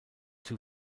two